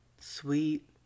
sweet